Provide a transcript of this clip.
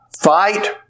fight